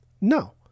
No